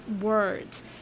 words